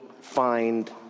find